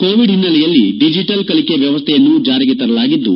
Covid ಹಿನ್ನೆಲೆಯಲ್ಲಿ digital ಕಲಿಕೆ ವ್ಯವಸ್ಥೆಯನ್ನು ಜಾರಿಗೆ ತರಲಾಗಿದ್ದು